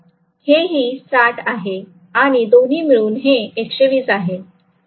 हेही 60 आहे आणि दोन्ही मिळून हे 120 आहे